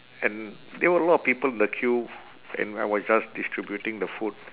and there were a lot of people in the queue and I was just distributing the food